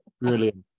Brilliant